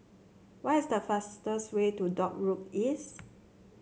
what is the fastest way to Dock Road East